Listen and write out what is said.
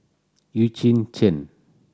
Eugene Chen